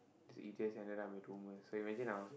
these idiots ended up with rumours so imagine I was